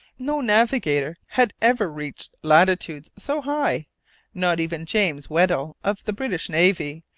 no navigator had ever reached latitudes so high not even james weddell of the british navy,